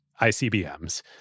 ICBMs